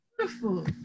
Beautiful